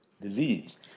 disease